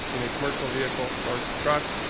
in a commercial vehicle, large truck,